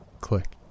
Click